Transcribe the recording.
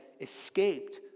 escaped